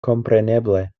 kompreneble